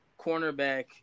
cornerback